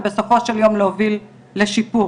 ובסופו של יום להוביל לשיפור.